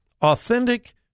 Authentic